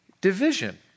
division